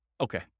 Okay